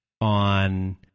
on